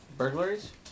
Burglaries